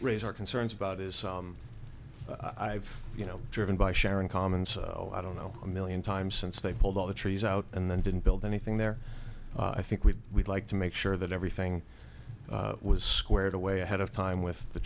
raise our concerns about is i've you know driven by sharing commons i don't know a million times since they pulled all the trees out and then didn't build anything there i think we would like to make sure that everything was scared away ahead of time with the